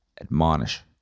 Admonish